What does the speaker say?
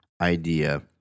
idea